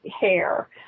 hair